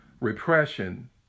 repression